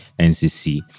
ncc